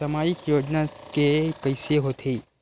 सामाजिक योजना के कइसे होथे?